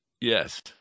Yes